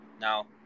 Now